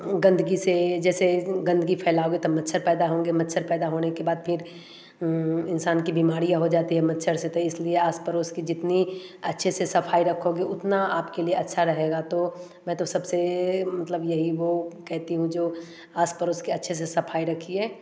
गन्दगी से जैसे गन्दगी फैलाओगे तो मच्छर पैदा होंगे मच्छर पैदा होने के बाद फिर इंसान की बीमारियाँ हो जाती है मच्छर से तो इसलिए आस पड़ोस की जितनी अच्छे से सफाई रखोगे उतना आपके लिए अच्छा रहेगा तो मैं तो सबसे मतलब यही वो कहती हूँ जो आस पड़ोस के अच्छे से सफाई रखिए